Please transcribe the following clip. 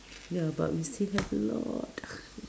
ya but we still have a lot